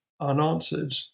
unanswered